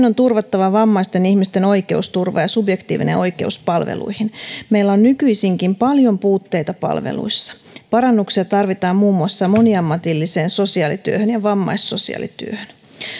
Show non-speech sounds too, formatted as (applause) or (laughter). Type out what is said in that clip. (unintelligible) on turvattava vammaisten ihmisten oikeusturva ja subjektiivinen oikeus palveluihin meillä on nykyisinkin paljon puutteita palveluissa parannuksia tarvitaan muun muassa moniammatilliseen sosiaalityöhön ja vammaissosiaalityöhön